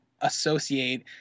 associate